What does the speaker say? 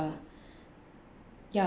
ya